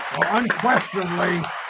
unquestionably